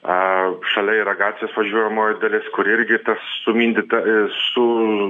a šalia yra gatvės važiuojamoji dalis kuri irgi sumindyta a su